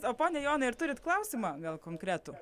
o pone jonai ar turit klausimą gal konkretų